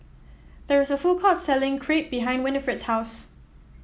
there is a food court selling Crepe behind Winifred's house